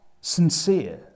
sincere